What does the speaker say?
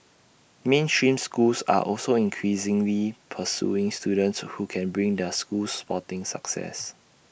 mainstream schools are also increasingly pursuing students who can bring their schools sporting success